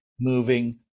moving